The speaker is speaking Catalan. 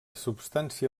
substància